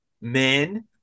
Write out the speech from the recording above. men